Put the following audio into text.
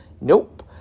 Nope